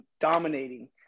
dominating